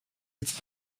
it’s